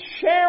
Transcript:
share